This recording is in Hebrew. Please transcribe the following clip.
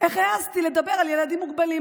איך העזתי לדבר על ילדים מוגבלים.